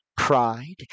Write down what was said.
pride